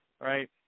right